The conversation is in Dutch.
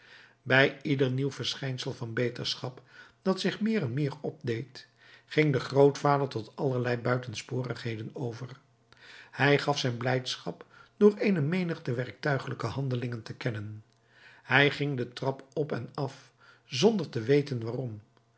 bij ieder nieuw verschijnsel van beterschap dat zich meer en meer opdeed ging de grootvader tot allerlei buitensporigheden over hij gaf zijn blijdschap door een menigte werktuiglijke handelingen te kennen hij ging de trap op en af zonder te weten waarom